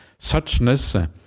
Suchness